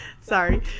Sorry